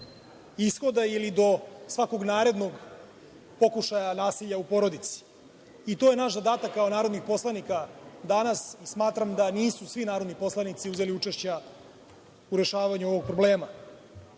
ishoda ili do svakog narednog pokušaja nasilja u porodici i to je naš zadatak kao narodnih poslanika danas. Smatram da nisu svi narodni poslanici uzeli učešća u rešavanju ovog problema. Svaki